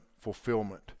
fulfillment